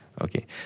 Okay